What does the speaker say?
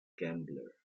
gambler